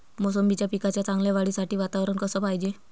मोसंबीच्या पिकाच्या चांगल्या वाढीसाठी वातावरन कस पायजे?